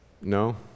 No